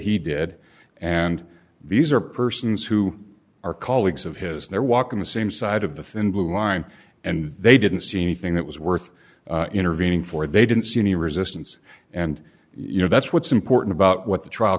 he did and these are persons who are colleagues of his they're walking the same side of the thin blue line and they didn't see anything that was worth intervening for they didn't see any resistance and you know that's what's important about what the trial